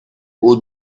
old